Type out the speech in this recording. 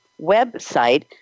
website